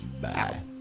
Bye